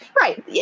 Right